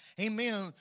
Amen